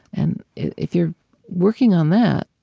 and if you're working on that,